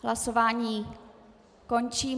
Hlasování končím.